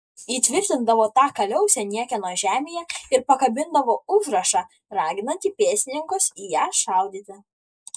įtvirtindavo tą kaliausę niekieno žemėje ir pakabindavo užrašą raginantį pėstininkus į ją šaudyti